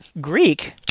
Greek